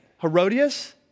Herodias